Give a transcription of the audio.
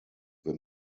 wir